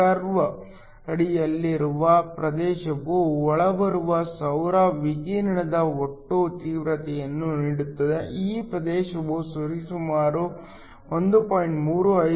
curve ಅಡಿಯಲ್ಲಿರುವ ಪ್ರದೇಶವು ಒಳಬರುವ ಸೌರ ವಿಕಿರಣದ ಒಟ್ಟು ತೀವ್ರತೆಯನ್ನು ನೀಡುತ್ತದೆ ಈ ಪ್ರದೇಶವು ಸುಮಾರು 1